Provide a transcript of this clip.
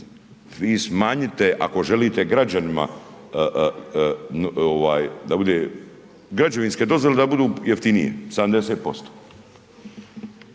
ih smanjite ako želite građanima da bude, građevinske dozvole, da budu jeftinije 70%,